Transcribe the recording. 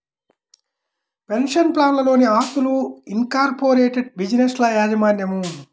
pension ప్లాన్లలోని ఆస్తులు, incorporated బిజినెస్ల యాజమాన్యం